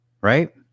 right